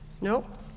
nope